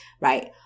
right